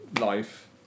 life